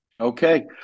Okay